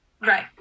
Right